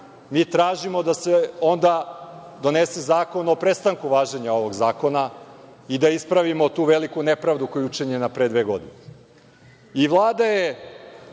mi tražimo da se onda donese zakon o prestanku važenja ovog zakona i da ispravimo tu veliku nepravdu koja je učinjena pre dve godine.